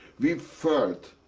we felt,